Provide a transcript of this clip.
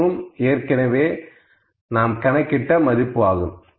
இது ஏற்கனவே நாம் கணக்கிட்ட மதிப்பு ஆகும்